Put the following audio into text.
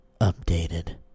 updated